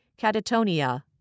catatonia